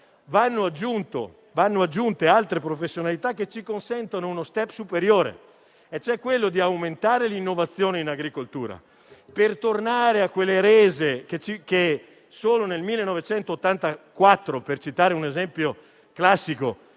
vanno aggiunte altre professionalità che ci consentono uno *step* superiore, vale a dire aumentare l'innovazione in agricoltura, per tornare alle rese del 1984, per citare un esempio classico